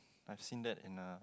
I've seen that in a